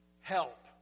help